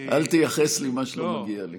אל תייחס לי מה שלא מגיע לי.